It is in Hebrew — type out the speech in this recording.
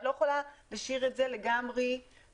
אי אפשר להשאיר את זה לגמרי פתוח.